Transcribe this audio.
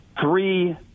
three